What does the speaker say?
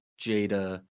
Jada